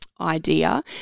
idea